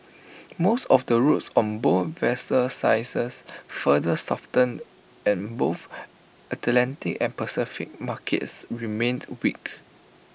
most of the routes on both vessel sizes further softened and both Atlantic and Pacific markets remained weak